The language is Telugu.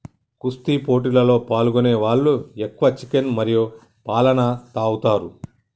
కుస్తీ పోటీలలో పాల్గొనే వాళ్ళు ఎక్కువ చికెన్ మరియు పాలన తాగుతారు